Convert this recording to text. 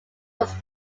was